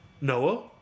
Noah